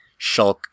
shulk